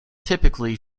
typically